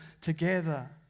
together